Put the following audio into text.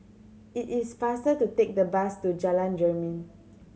it is faster to take the bus to Jalan Jermin